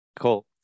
Cool